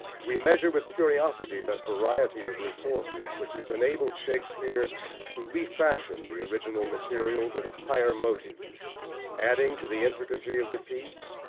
we measure with curiosity that variety of resources which has enabled shakespeare to refashion the original material with a higher motive adding to the intricacy of the piece,